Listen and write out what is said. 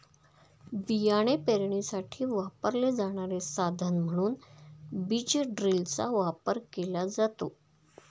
बियाणे पेरणीसाठी वापरले जाणारे साधन म्हणून बीज ड्रिलचा वापर केला जातो